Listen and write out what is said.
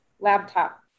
laptop